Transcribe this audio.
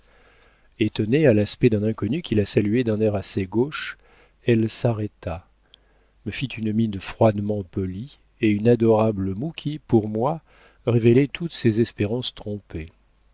étonnée à l'aspect d'un inconnu qui la saluait d'un air assez gauche elle s'arrêta me fit une mine froidement polie et une adorable moue qui pour moi révélait toutes ses espérances trompées